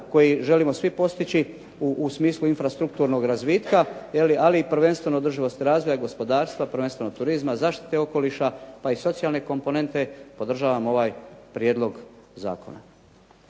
koji želimo svi postići u smislu infrastrukturnog razvitka, ali i prvenstveno održivosti razvoja gospodarstva, prvenstveno turizma, zaštite okoliša pa i socijalne komponente, podržavam ovaj prijedlog zakona.